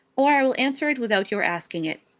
or i will answer it without your asking it.